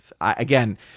Again